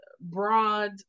broad